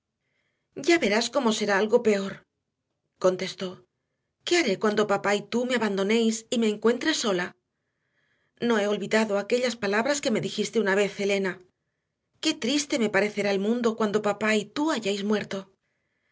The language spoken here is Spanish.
ya verás cómo será algo peor contestó qué haré cuando papá y tú me abandonéis y me encuentre sola no he olvidado aquellas palabras que me dijiste una vez elena qué triste me parecerá el mundo cuando papá y tú hayáis muerto